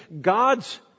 God's